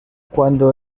cuando